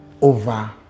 over